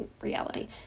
Reality